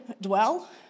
dwell